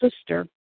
sister